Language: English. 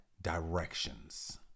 directions